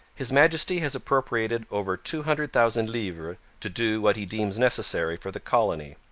his majesty has appropriated over two hundred thousand livres to do what he deems necessary for the colony.